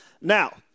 Now